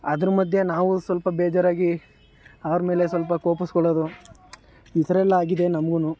ಅದರ ಮಧ್ಯೆ ನಾವೂ ಸ್ವಲ್ಪ ಬೇಜರಾಗಿ ಅವರ ಮೇಲೆ ಸ್ವಲ್ಪ ಕೋಪಿಸ್ಕೊಳ್ಳೋದು ಈ ಥರ ಎಲ್ಲ ಆಗಿದೆ ನಮಗೂನು